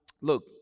Look